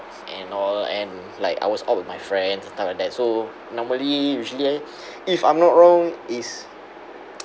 and all and like I was out with my friends stuff like that so normally usually if I'm not wrong is